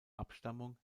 abstammung